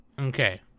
Okay